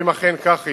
ואם אכן כך יהיה,